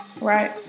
Right